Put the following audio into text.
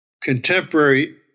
contemporary